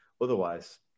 otherwise